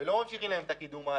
ולא ממשיכים את הקידום.